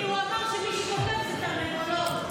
כי הוא אמר שמי שכותבים הם תרנגולות.